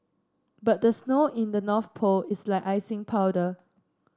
but the snow in the North Pole is like icing powder